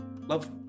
love